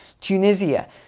tunisia